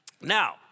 now